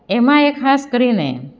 એમાંય ખાસ કરીને